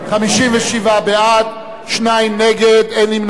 57 בעד, שניים נגד, אין נמנעים.